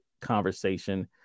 conversation